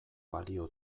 balio